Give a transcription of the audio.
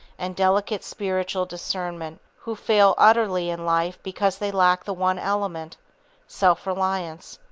and delicate spiritual discernment who fail utterly in life because they lack the one element self-reliance.